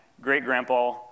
great-grandpa